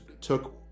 took